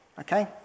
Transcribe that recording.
Okay